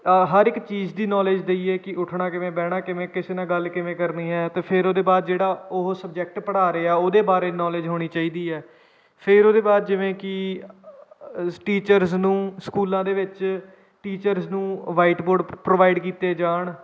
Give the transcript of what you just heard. ਹਰ ਇੱਕ ਚੀਜ਼ ਦੀ ਨੌਲੇਜ ਦੇਈਏ ਕਿ ਉੱਠਣਾ ਕਿਵੇਂ ਬਹਿਣਾ ਕਿਵੇਂ ਕਿਸੇ ਨਾਲ ਗੱਲ ਕਿਵੇਂ ਕਰਨੀ ਹੈ ਅਤੇ ਫਿਰ ਉਹਦੇ ਬਾਅਦ ਜਿਹੜਾ ਉਹ ਸਬਜੈਕਟ ਪੜ੍ਹਾ ਰਿਹਾ ਉਹਦੇ ਬਾਰੇ ਨੌਲੇਜ ਹੋਣੀ ਚਾਹੀਦੀ ਹੈ ਫਿਰ ਉਹਦੇ ਬਾਅਦ ਜਿਵੇਂ ਕਿ ਟੀਚਰਸ ਨੂੰ ਸਕੂਲਾਂ ਦੇ ਵਿੱਚ ਟੀਚਰਸ ਨੂੰ ਵਾਈਟ ਬੋਰਡ ਪ੍ਰੋਵਾਈਡ ਕੀਤੇ ਜਾਣ